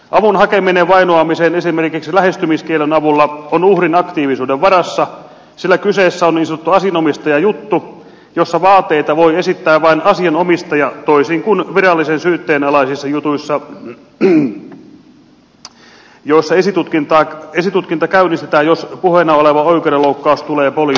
avun hakeminen vainoamiseen esimerkiksi lähestymiskiellon avulla on uhrin aktiivisuuden varassa sillä kyseessä on niin sanottu asianomistajajuttu jossa vaateita voi esittää vain asianomistaja toisin kuin virallisen syytteen alaisissa jutuissa joissa esitutkinta käynnistetään jos puheena oleva oikeudenloukkaus tulee poliisin tietoon